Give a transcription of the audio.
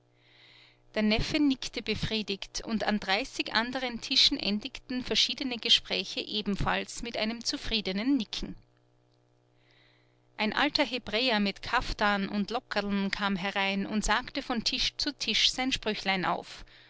der neffe nickt befriedigt und an dreißig anderen tischen endigten verschiedene gespräche ebenfalls mit einem zufriedenen nicken ein alter hebräer mit kaftan und lockerln kam herein und sagte von tisch zu tisch sein sprüchlein auf